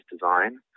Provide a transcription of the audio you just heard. design